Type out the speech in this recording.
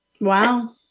Wow